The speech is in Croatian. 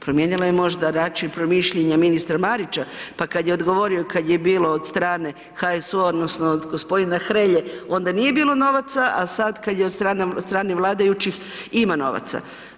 Promijenila je možda način promišljanja ministra Marića, pa kada je odgovorio kada je bilo od strane HSU-a odnosno od gospodina Hrelje onda nije bilo novaca, a sada kada je od strane vladajućih ima novaca.